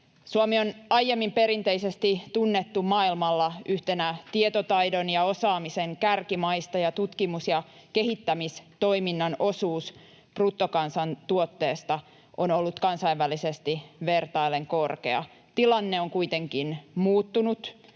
Suomi on aiemmin perinteisesti tunnettu maailmalla yhtenä tietotaidon ja osaamisen kärkimaista, ja tutkimus- ja kehittämistoiminnan osuus bruttokansantuotteesta on ollut kansainvälisesti vertaillen korkea. Tilanne on kuitenkin muuttunut